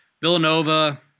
Villanova